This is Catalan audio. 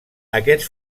aquests